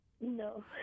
No